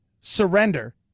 Surrender